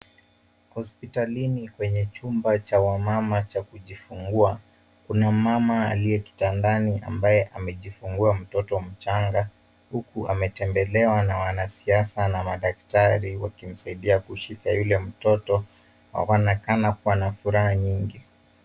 Hospitalini kwenye chumba cha wamama cha kujifungua, kuna mmama aliye kitandani ambaye amejifungua mtotoni mchanga huku ametembelewa na wanasiasa na madaktari wakimsaidia kushika yule mtoto, waonekana kuwa na furaha nyingi.